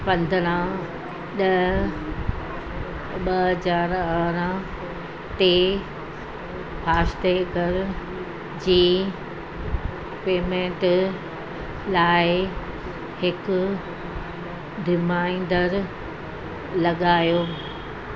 पंद्रहं ॾह ॿ हज़ार अरिड़हं ते फ़ास्टैग जी पेमेंट लाइ हिक रिमाइंडर लॻायो